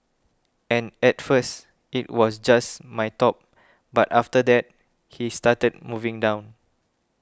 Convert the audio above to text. and at first it was just my top but after that he started moving down